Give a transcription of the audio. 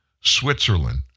Switzerland